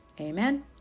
Amen